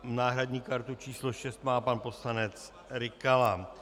Náhradní kartu číslo 6 má pan poslanec Rykala.